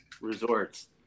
resorts